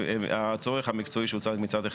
הצורך המקצועי שהוצג מצד אחד,